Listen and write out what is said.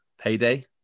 payday